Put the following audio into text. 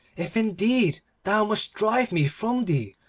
if indeed thou must drive me from thee,